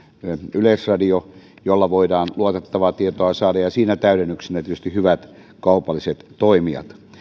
yleisradio jolla voidaan luotettavaa tietoa saada ja täydennyksenä tietysti hyvät kaupalliset toimijat